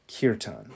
kirtan